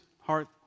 heart